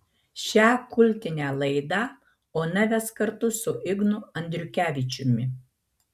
šią kultinę laidą ona ves kartu su ignu andriukevičiumi